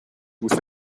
with